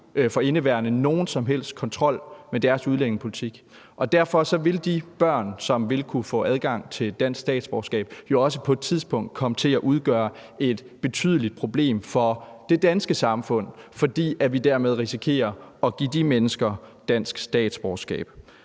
for indeværende nogen som helst kontrol over deres udlændingepolitik. Derfor vil de børn, som vil kunne få adgang til dansk statsborgerskab, jo også på et tidspunkt komme til at udgøre et betydeligt problem for det danske samfund, fordi vi dermed risikerer at give de mennesker dansk statsborgerskab.